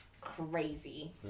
crazy